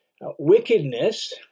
wickedness